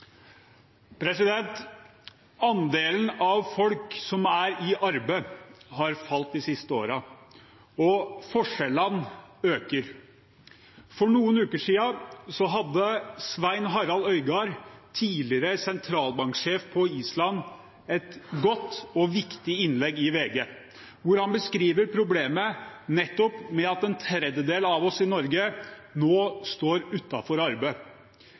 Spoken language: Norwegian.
i arbeid, har falt de siste årene, og forskjellene øker. For noen uker siden hadde Svein Harald Øygard, tidligere sentralbanksjef på Island, et godt og viktig innlegg i VG, hvor han beskriver problemet nettopp med at en tredjedel av oss i Norge nå står